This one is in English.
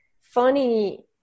funny